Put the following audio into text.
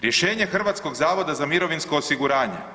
Rješenje Hrvatskog zavoda za mirovinsko osiguranje.